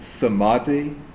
Samadhi